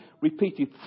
repeated